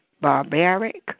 barbaric